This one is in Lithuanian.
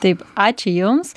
taip ačiū jums